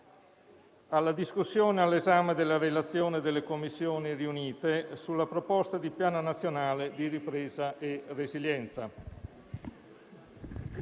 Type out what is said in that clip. alla discussione della relazione delle Commissioni riunite sulla proposta di Piano nazionale di ripresa e resilienza.